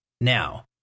Now